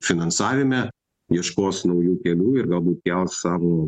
finansavime ieškos naujų kelių ir galbūt kels savo